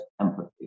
empathy